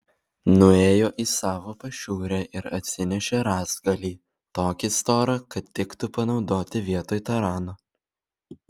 nuėjo į savo pašiūrę ir atsinešė rąstgalį tokį storą kad tiktų panaudoti vietoj tarano